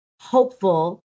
hopeful